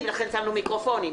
לכן שמנו מיקרופונים.